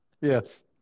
Yes